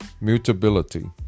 mutability